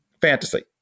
fantasy